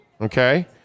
Okay